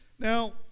Now